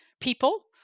people